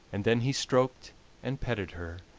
and then he stroked and petted her,